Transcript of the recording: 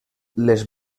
les